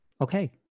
okay